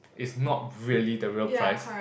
is not really the real price